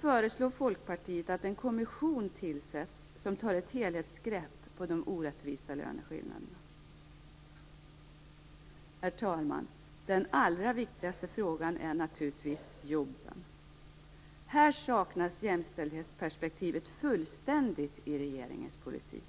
föreslår Folkpartiet att det tillsätts en kommission som tar ett helhetsgrepp på de orättvisa löneskillnaderna. Herr talman! Den totalt sett allra viktigaste frågan är naturligtvis jobben. Här saknas jämställdhetsperspektivet fullständigt i regeringens politik.